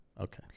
okay